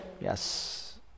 Yes